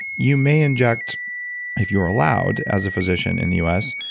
you may inject if you're allowed as a physician in the us,